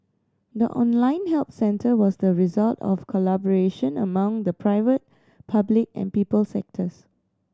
the online help centre was the result of collaboration among the private public and people sectors